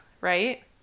right